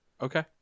Okay